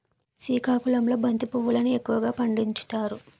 సికాకుళంలో బంతి పువ్వులును ఎక్కువగా పండించుతారు